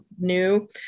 New